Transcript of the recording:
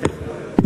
תודה.